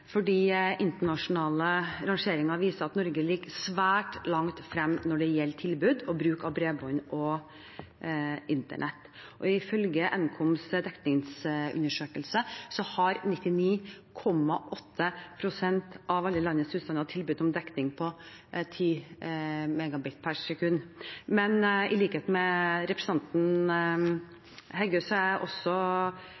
internasjonale rangeringer viser at Norge ligger svært langt fremme når det gjelder tilbud og bruk av bredbånd og internett. Ifølge Nkoms dekningsundersøkelse har 99,8 pst. av alle landets husstander tilbud om dekning på 10 MB per sekund. Men i likhet med representanten